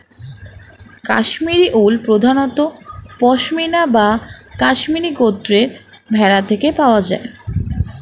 Kashmiri wool প্রধানত পশমিনা বা কাশ্মীরি গোত্রের ভেড়া থেকে পাওয়া যায়